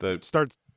starts